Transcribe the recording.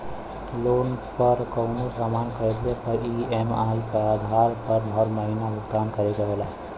loan पर कउनो सामान खरीदले पर ई.एम.आई क आधार पर हर महीना भुगतान करे के होला